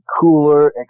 cooler